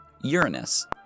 Uranus